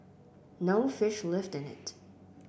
no fish lived in it